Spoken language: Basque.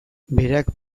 berak